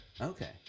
Okay